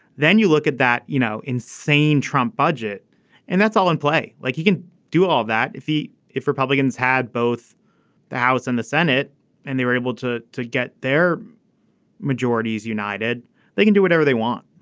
then you look at that you know insane trump budget and that's all in play like he can do all that. if he if republicans had both the house and the senate and they were able to to get their majorities united they can do whatever they want.